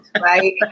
Right